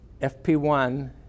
FP1